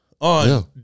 on